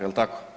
Jel' tako?